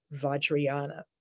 Vajrayana